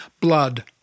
Blood